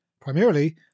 Primarily